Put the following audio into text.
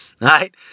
right